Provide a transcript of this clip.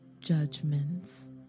judgments